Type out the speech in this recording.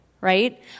right